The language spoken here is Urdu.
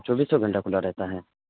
چوبیسوں گھنٹہ کھلا رہتا ہے